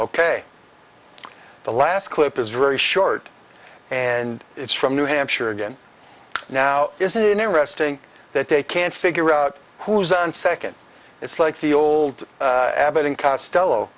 ok the last clip is very short and it's from new hampshire again now isn't it interesting that they can't figure out who's on second it's like the old abbott and costello